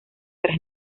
tres